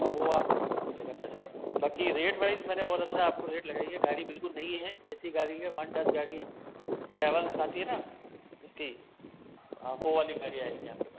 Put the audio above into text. तो वो आपको पहले देना होगा पैसा बाकी रेट वाइज मैंने बोला था आपको रेट लगाइए गाड़ी बिल्कुल नई है ऐसी गाड़ी है स्मार्ट क्लास गाड़ी है ड्राइवर साथ ही है ना ठीक हाँ वो वाली गाड़ी आएगी आपके पास